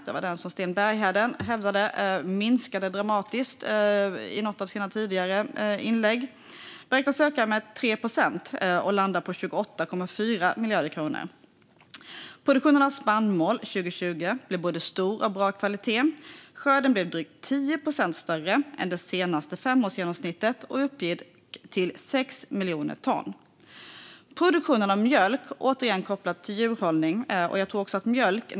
Det var den som Sten Bergheden i något av sina tidigare inlägg hävdade minskade dramatiskt. Den beräknas öka med 3 procent och landar på 28,4 miljarder kronor. Produktionen av spannmål 2020 blev både stor och av bra kvalitet. Skörden blev drygt 10 procent större än det senaste femårsgenomsnittet och uppgick till 6 miljoner ton. Jag tror att mjölk nämndes som exempel i ett tidigare debattinlägg.